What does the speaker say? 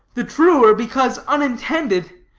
the truer because unintended.